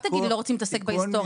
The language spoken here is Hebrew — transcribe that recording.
אל תגיד לי, לא רוצים להתעסק בהיסטוריה.